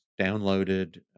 downloaded